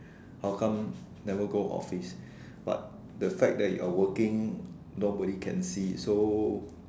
how come never go office but the fact you're working nobody can see so